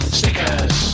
stickers